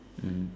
mmhmm